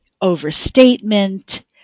overstatement